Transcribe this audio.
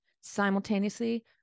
simultaneously